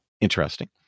Interesting